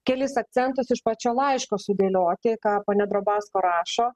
kelis akcentus iš pačio laiško sudėlioti ką ponia drobesko rašo